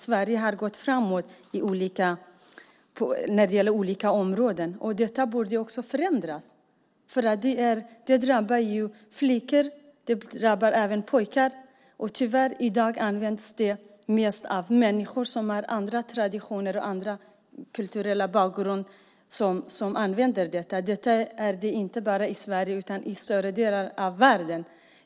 Sverige har gått framåt på olika områden, och detta borde också förändras. Det drabbar ju flickor. Det drabbar även pojkar. Tyvärr används det här i dag mest av människor som har andra traditioner och andra kulturella bakgrunder. Detta gäller inte bara i Sverige utan i större delen av världen.